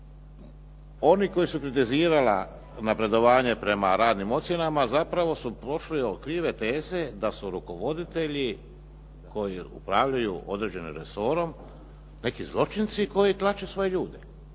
oni koji su kritizirali napredovanje prema radnim ocjenama zapravo su prošli okvire teze da su rukovoditelji koji upravljaju određenim resorom neki zločinci koji tlače svoje ljude.